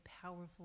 powerful